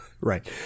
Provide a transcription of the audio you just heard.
Right